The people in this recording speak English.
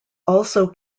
also